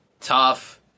tough